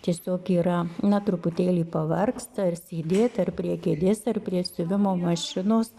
tiesiog yra na truputėlį pavargsta ir sėdėt ar prie kėdės ar prie siuvimo mašinos